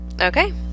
okay